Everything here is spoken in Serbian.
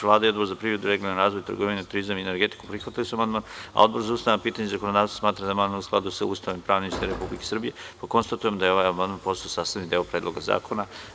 Vlada i Odbor za privredu, regionalni razvoj, trgovinu, turizam i energetiku prihvatili su amandman, a Odbor za ustavna pitanja i zakonodavstvo smatra da je amandman u skladu sa Ustavom i pravnim sistemom Republike Srbije, pa konstatujem da je ovaj amandman postao sastavni deo Predloga zakona.